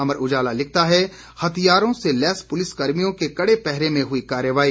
अमर उजाला लिखता है हथियारों से लेस पुलिस कर्मियों के कड़े पैहरे में हुई कार्रवाई